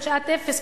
את שעת אפס,